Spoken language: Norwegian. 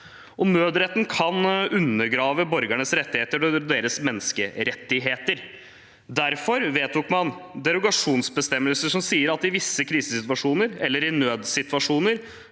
Nødretten kan undergrave borgernes rettigheter og deres menneskerettigheter. Derfor vedtok man derogasjonsbestemmelser som sier at i visse krisesituasjoner eller i nødssituasjoner